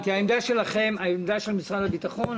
העמדה של משרד הביטחון,